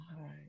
right